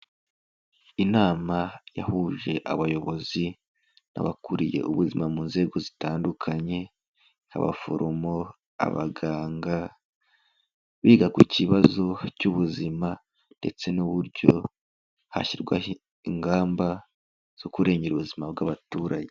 Inama yahuje abayobozi n'abakuriye ubuzima mu nzego zitandukanye, abaforomo, abaganga, biga ku kibazo cy'ubuzima ndetse n'uburyo hashyirwaho ingamba zo kurengera ubuzima bw'abaturage.